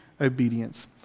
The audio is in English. obedience